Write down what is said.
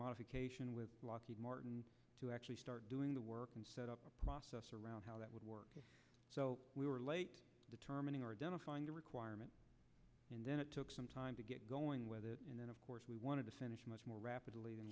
modification with lockheed martin to actually start doing the work and set up a process around how that would work so we were late determining or identifying the requirement and then it took some time to get going with it and then of course we wanted to much more rapidly